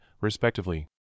respectively